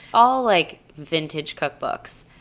all like vintage cookbooks,